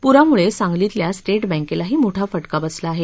पुरामुळे सांगलीतल्या स्टेट बँकेलाही मोठा फटका बसला आहे